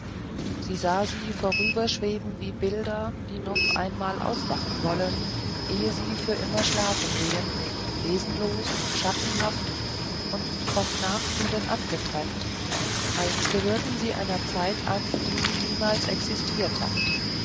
sie sah sie vorüberschweben wie bilder die noch einmal aufwachen wollen ehe sie für immer schlafen gehen wesenlos schattenhaft und vom nachfühlen abgetrennt als gehörten sie einer zeit an die niemals existiert hat